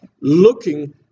looking